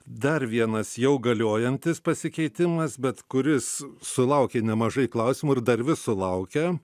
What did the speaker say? dar vienas jau galiojantis pasikeitimas bet kuris sulaukė nemažai klausimų ir dar vis sulaukia